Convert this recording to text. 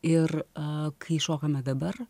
ir kai šokame dabar